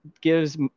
gives